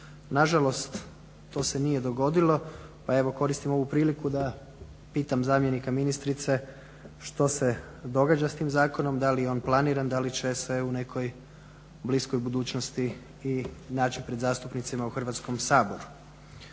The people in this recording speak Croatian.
Nažalost, to se nije dogodilo pa evo korisnim ovu priliku da pitam zamjenika ministrice što se događa s tim zakonom da li je on planiran da li će se u nekoj bliskoj budućnosti i naći pred zastupnicima u Hrvatskom saboru.